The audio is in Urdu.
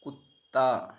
کتا